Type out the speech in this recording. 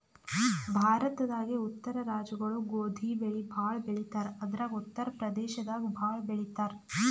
ಭಾರತದಾಗೇ ಉತ್ತರ ರಾಜ್ಯಗೊಳು ಗೋಧಿ ಬೆಳಿ ಭಾಳ್ ಬೆಳಿತಾರ್ ಅದ್ರಾಗ ಉತ್ತರ್ ಪ್ರದೇಶದಾಗ್ ಭಾಳ್ ಬೆಳಿತಾರ್